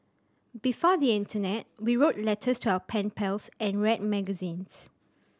before the internet we wrote letters to our pen pals and read magazines